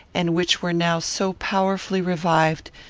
and which were now so powerfully revived,